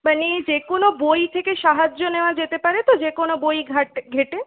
মানে যে কোনো বই থেকে সাহায্য নেওয়া যেতে পারে তো যেকোনো বই ঘাটে ঘেঁটে